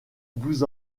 vous